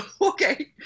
Okay